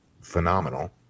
phenomenal